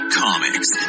comics